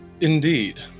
Indeed